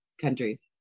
countries